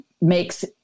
makes